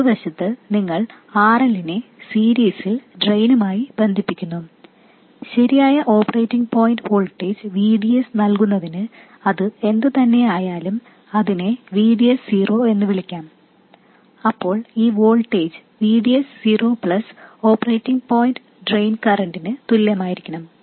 മറുവശത്ത് നിങ്ങൾ RL നെ സീരീസിൽ ഡ്രെയിനുമായി ബന്ധിപ്പിക്കുന്നു ശരിയായ ഓപ്പറേറ്റിംഗ് പോയിൻറ് വോൾട്ടേജ് VDS നൽകുന്നതിന് അത് എന്ത്തന്നെയായാലും അതിനെ VDS0 എന്ന് വിളിക്കാം അപ്പോൾ ഈ voltage VDS0 plus operating point drain കറന്റിനു തുല്യമായിരിക്കണം